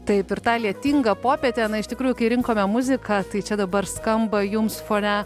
taip ir tą lietingą popietę iš tikrųjų kai rinkome muziką tai čia dabar skamba jums fone